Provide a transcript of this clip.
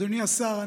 אדוני השר,